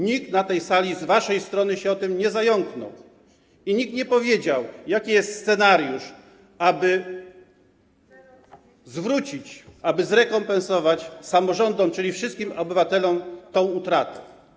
Nikt na tej sali z waszej strony się o tym nie zająknął i nikt nie powiedział, jaki jest scenariusz, aby zwrócić, aby zrekompensować samorządom, czyli wszystkim obywatelom, tę utratę.